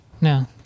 No